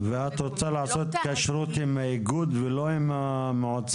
ואת רוצה לעשות התקשרות עם האיגוד ולא עם המועצות?